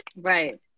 right